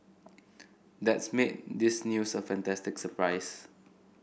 that's made this news a fantastic surprise